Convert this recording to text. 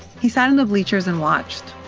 he sat in the bleachers and watched.